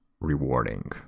rewarding